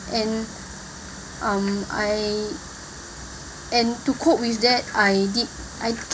and um I and to cope with that I did I